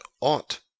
ought